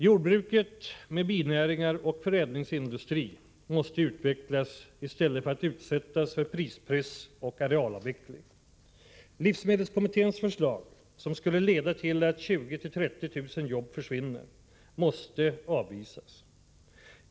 Jordbruket med binäringar och förädlingsindustrin måste utvecklas i stället för att utsättas för prispress och arealavveckling. Livsmedelskommitténs förslag, som skulle leda till att 20 000-30 000 arbeten försvinner, måste avvisas.